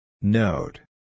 Note